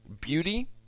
beauty